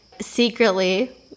secretly